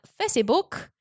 Facebook